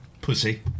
Pussy